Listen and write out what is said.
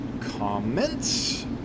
comments